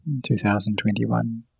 2021